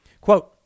quote